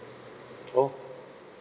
oh